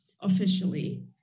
officially